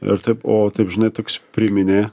ir taip o taip žinai toks priminė